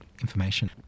information